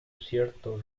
cierto